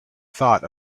thought